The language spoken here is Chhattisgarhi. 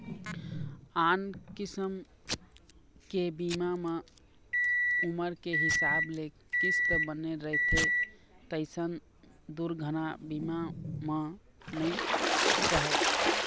आन किसम के बीमा म उमर के हिसाब ले किस्त बने रहिथे तइसन दुरघना बीमा म नइ रहय